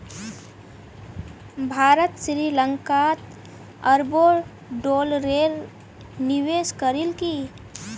भारत श्री लंकात अरबों डॉलरेर निवेश करील की